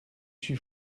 she